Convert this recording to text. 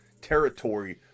territory